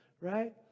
right